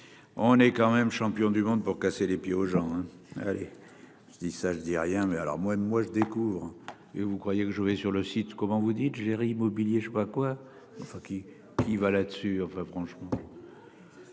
On est quand même champions du monde pour casser les pieds aux gens hein allez je dis ça je dis rien, mais alors moi moi je découvre. Et vous croyez que je vais sur le site. Comment vous dites, gère immobilier je sais pas quoi enfin qui y va là-dessus enfin franchement.